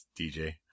DJ